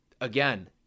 Again